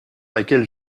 laquelle